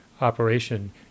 operation